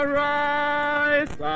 rise